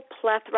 plethora